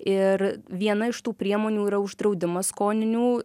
ir viena iš tų priemonių yra uždraudimas skoninių